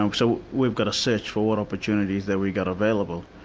um so we've got to search for what opportunities that we've got available.